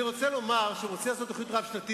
אני רוצה לומר שאם רוצים לעשות תוכנית רב-שנתית,